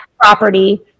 property